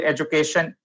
Education